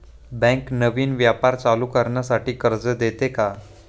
Bank नवीन व्यापार चालू करण्यासाठी कर्ज देते का?